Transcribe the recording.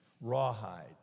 Rawhide